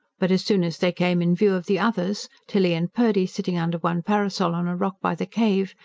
but as soon as they came in view of the others, tilly and purdy sitting under one parasol on a rock by the cave,